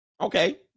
Okay